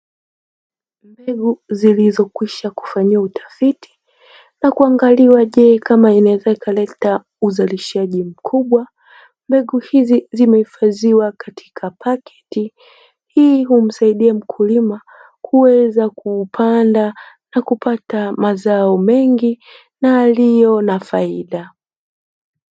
Mbegu zilizokwisha kufanyiwa utafiti na kuangaliwa, je kama inaweza ikaleta uzalishaji mkubwa. Mbegu hizi zimehifadhiwa katika paketi; hii humsaidia mkulima kuweza kupanda na kupata mazao mengi na yaliyo na faida.